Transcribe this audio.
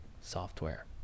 software